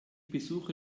besuche